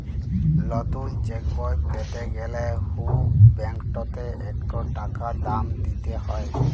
লতুল চ্যাকবই প্যাতে গ্যালে হুঁ ব্যাংকটতে ইকট টাকা দাম দিতে হ্যয়